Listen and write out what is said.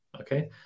okay